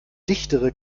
dichtere